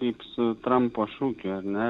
kaip su trampo šūkiu ar ne